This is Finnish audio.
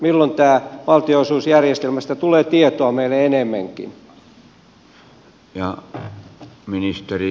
milloin valtionosuusjärjestelmästä tulee tietoa meille enemmänkin